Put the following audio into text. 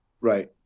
right